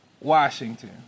Washington